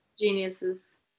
geniuses